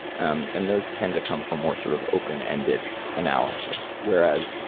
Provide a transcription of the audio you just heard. um and those tend to come from more sort of open-ended analysis whereas,